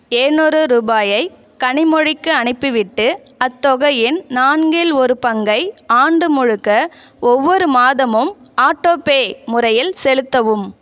ஏழுநூறு ரூபாயை கனிமொழிக்கு அனுப்பிவிட்டு அத்தொகையின் நான்கில் ஒரு பங்கை ஆண்டு முழுக்க ஒவ்வொரு மாதமும் ஆட்டோபே முறையில் செலுத்தவும்